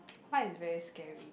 what is very scary